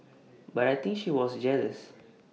but I think she was jealous